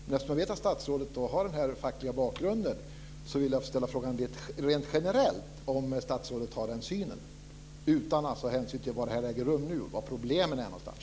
Men eftersom jag vet att statsrådet har den fackliga bakgrunden vill jag ställa frågan rent generellt om statsrådet har den synen, alltså utan hänsyn till var problemen finns.